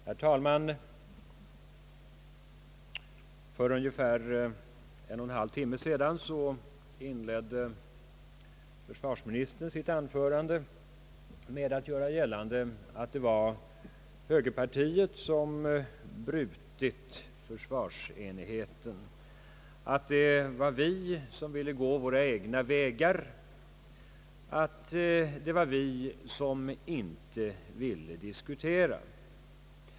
Herr talman! För ungefär en och en halv timme sedan inledde försvarsministern sitt anförande med att göra gällande, att det var högerpartiet som brutit försvarsenigheten, att det var vi som ville gå våra egna vägar och att det var vi som inte ville diskutera.